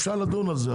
אפשר לדון בזה,